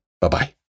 Bye-bye